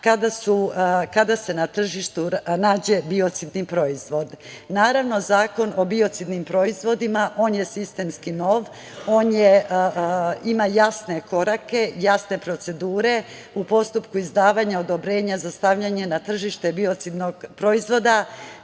kada se na tržištu nađe biocidni proizvod. Zakon o biocidnim proizvodima, on je sistemski nov, ima jasne korake, jasne procedure, u postupku izdavanja odobrenja za stavljanje na tržište biocidnog proizvoda,